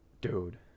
Dude